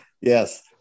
Yes